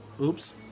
Oops